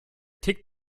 tickt